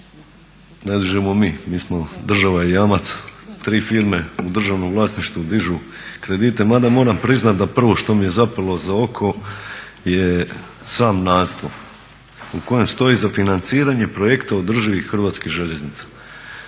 ne dižemo mi, mi smo, država je jamac tri firme u državnom vlasništvu dižu kredite mada moram priznati da prvo što mi je zapelo za oko je sam naslov u kojem stoji: "Za financiranje projekta održivih Hrvatskih željeznica."